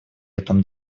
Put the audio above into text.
этом